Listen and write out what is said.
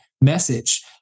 message